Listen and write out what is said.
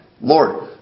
Lord